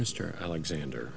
mr alexander